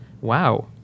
Wow